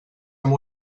amb